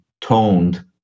toned